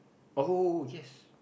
oh yes